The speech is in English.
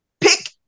pick